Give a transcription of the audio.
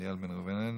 איל בן ראובן,